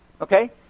Okay